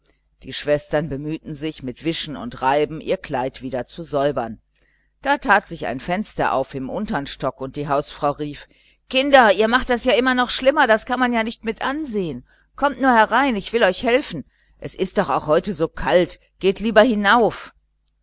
die schwestern bemühten sich mit wischen und reiben ihr kleid wieder zu säubern da tat sich ein fenster auf im unteren stock und die hausfrau rief kinder ihr macht das ja immer schlimmer das kann ich gar nicht mit ansehen kommt nur herein ich will euch helfen es ist doch auch so kalt geht lieber hinauf